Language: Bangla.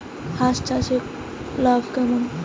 হাঁস চাষে লাভ কেমন?